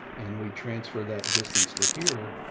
and we transfer that distance to here.